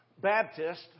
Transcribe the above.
Baptist